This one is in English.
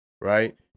right